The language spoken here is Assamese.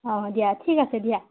অঁ দিয়া ঠিক আছে দিয়া